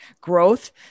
growth